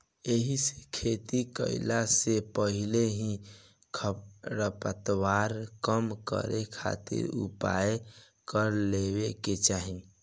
एहिसे खेती कईला से पहिले ही खरपतवार कम करे खातिर उपाय कर लेवे के चाही